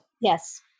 Yes